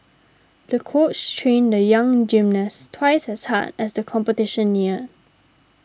the coach trained the young gymnast twice as hard as the competition neared